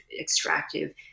extractive